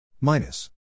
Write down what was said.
Minus